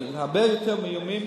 הרבה יותר מאיומים.